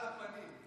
על הפנים.